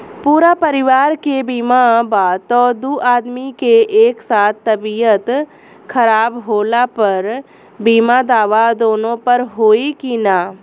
पूरा परिवार के बीमा बा त दु आदमी के एक साथ तबीयत खराब होला पर बीमा दावा दोनों पर होई की न?